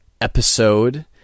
episode